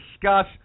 discuss